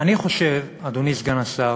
אני חושב, אדוני סגן השר,